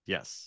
Yes